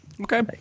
okay